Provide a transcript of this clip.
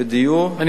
ודיור רק,